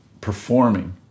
performing